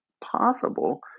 possible